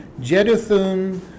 Jeduthun